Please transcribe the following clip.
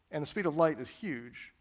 and the speed of light is huge,